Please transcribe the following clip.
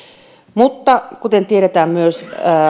mutta kuten tiedetään myös